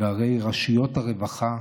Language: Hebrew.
והרי רשויות הרווחה,